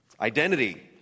Identity